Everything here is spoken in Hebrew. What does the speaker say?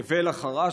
ולחרש.